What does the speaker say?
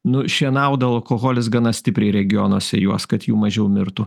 nu šienaudavo alkoholis gana stipriai regionuose juos kad jų mažiau mirtų